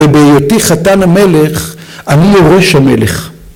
ובהיותי חתן המלך, אני יורש המלך.